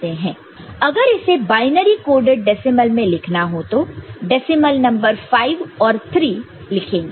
अगर इसे binary coded decimal मैं लिखना हो तो डेसीमल नंबर 5 और 3 लिखेंगे